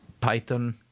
python